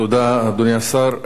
תודה, אדוני השר.